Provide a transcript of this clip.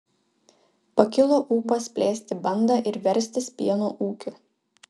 pakilo ūpas plėsti bandą ir verstis pieno ūkiu